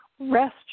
Rest